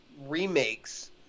remakes